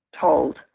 told